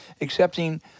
accepting